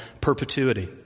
perpetuity